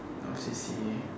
no C_C_A